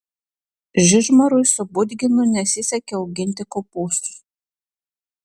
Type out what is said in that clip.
žižmarui su budginu nesisekė auginti kopūstus